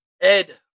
Ed